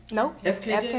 nope